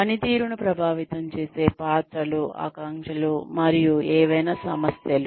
పనితీరును ప్రభావితం చేసే పాత్రలు ఆకాంక్షలు మరియు ఏవైనా సమస్యలు